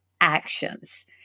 actions